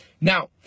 Now